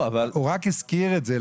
הוא רק הזכיר את זה.